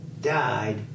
died